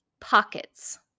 Pockets